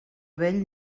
vell